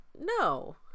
No